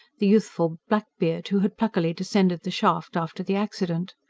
the youthful blackbeard who had pluckily descended the shaft after the accident.